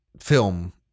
film